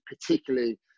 particularly